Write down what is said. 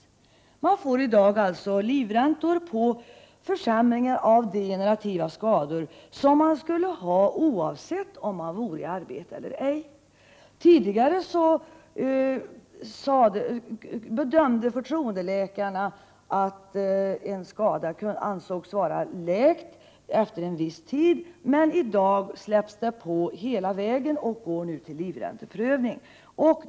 Man får i dag alltså livräntor på försämringar av degenerativa skador, som man skulle ha oavsett om man vore i arbete eller ej. Tidigare bedömde förtroendeläkarnaatt en skada ansågs vara läkt efter en viss tid, men i dag går varje ärende till livränteprövning.